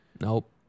Nope